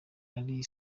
iri